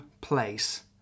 place